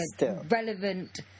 relevant